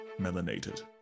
melanated